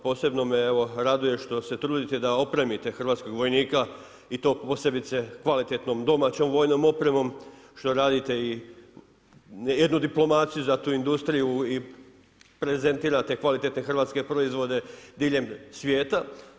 Posebno me raduje što se trudite da opremite hrvatskog vojnika i to posebice kvalitetnom domaćom vojnom opremom što radite i jednu diplomaciju za tu industriju i prezentirate kvalitetne hrvatske proizvode diljem svijeta.